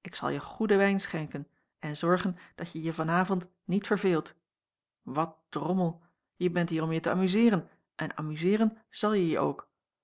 ik zal je goeden wijn schenken en zorgen dat je je van avond niet verveelt wat drommel je bent hier om je te amuzeeren en amuzeeren zalje je ook